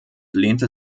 lehnte